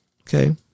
Okay